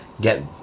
get